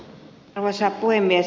arvoisa puhemies